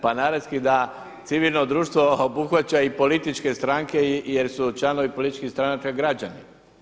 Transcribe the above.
Pa naravno da civilno društvo obuhvaća i političke stranke jer su članovi političkih stranaka građani.